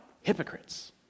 hypocrites